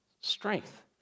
strength